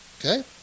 Okay